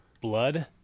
Blood